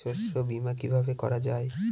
শস্য বীমা কিভাবে করা যায়?